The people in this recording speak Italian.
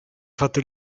fatto